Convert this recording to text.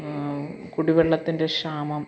കുടിവെള്ളത്തിൻ്റെ ക്ഷാമം